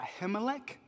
Ahimelech